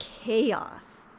chaos